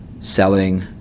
selling